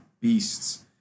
beasts